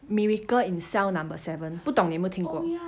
miracle in cell number seven 不懂你有没有听过